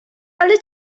ale